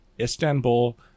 Istanbul